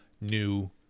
new